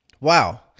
Wow